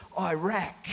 Iraq